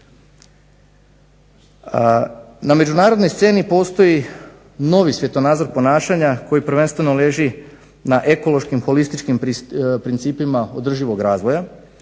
Na međunarodnoj sceni postoji novi svjetonazor ponašanja koji prvenstveno leži na ekološki holističkim principima održivog razvoja,